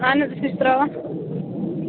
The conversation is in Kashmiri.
اہَن حَظ أسۍ حَظ چھِ ترٚاوان